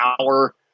hour